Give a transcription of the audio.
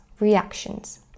reactions